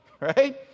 right